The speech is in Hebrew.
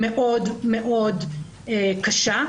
בבקשה.